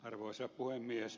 arvoisa puhemies